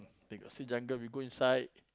they got see jungle we go inside